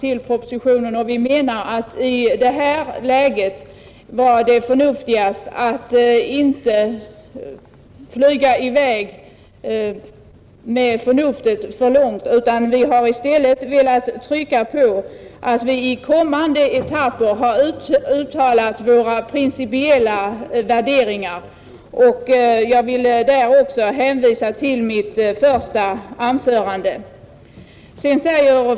Vi menar att det var mest förnuftigt att inte göra för stora ändringar i föreliggande förslag. Vi har i stället uttalat våra principiella värderingar inför kommande etapper. Jag vill där också hänvisa till mitt första anförande.